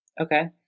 Okay